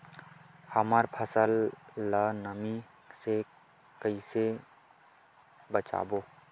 हमर फसल ल नमी से क ई से बचाबो?